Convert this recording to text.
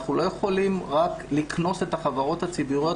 אנחנו לא יכולים רק לקנוס את החברות הציבוריות